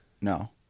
No